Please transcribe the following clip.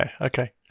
Okay